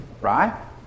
Right